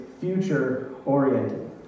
future-oriented